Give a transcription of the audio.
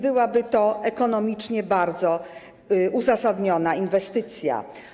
Byłaby to ekonomicznie bardzo uzasadniona inwestycja.